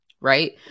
right